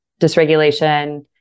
dysregulation